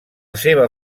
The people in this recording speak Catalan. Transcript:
seva